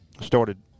started